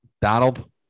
Donald